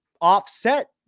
offset